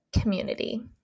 community